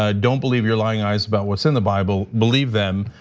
ah don't believe your lying eyes about what's in the bible, believe them.